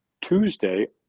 Tuesday